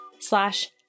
slash